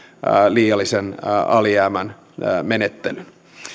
liiallisen alijäämän menettelyn